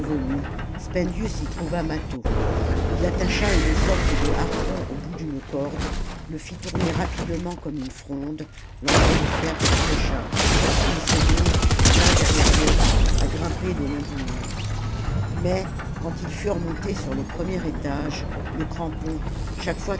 spendius y trouva mâtho attacha une sorte de harpon au bout d'une corde le fit tourner rapidement comme une fronde l'engin de fer s'accrocha et ils se mirent l'un derrière l'autre à grimper le long du mur mais quand ils furent montés sur le premier étage le crampon chaque fois